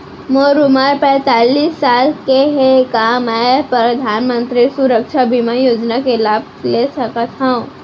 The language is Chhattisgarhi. मोर उमर पैंतालीस साल हे का मैं परधानमंतरी सुरक्षा बीमा योजना के लाभ ले सकथव?